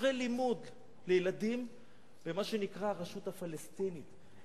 לילדים במה שנקרא הרשות הפלסטינית.